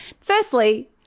Firstly